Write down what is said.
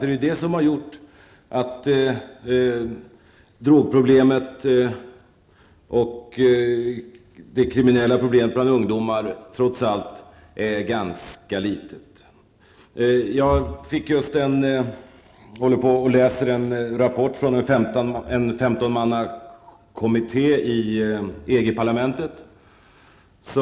Det är det som har gjort att drogproblemet och det kriminella problemet bland ungdomar trots allt är ganska litet. Jag håller just nu på att läsa en rapport från en femtonmannakommitté i EG-parlamentet.